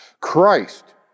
Christ